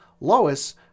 lois